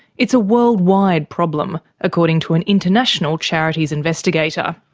it's a worldwide problem, according to an international charities investigator.